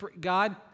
God